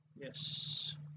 yes